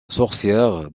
sorcière